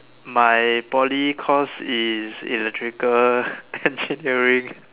my Poly course is electrical engineering